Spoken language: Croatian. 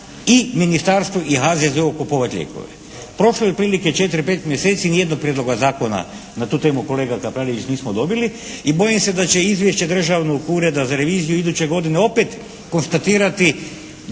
i ministarstvu i HZZO-o kupovat lijekove. Prošlo je otprilike četiri, pet mjeseci i ni jednog prijedloga zakona na tu temu kolega Kapraljević nismo dobili i bojim se da će izvješće Državnog ureda za reviziju iduće godine opet konstatirati